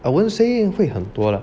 I wouldn't say 会很多 lah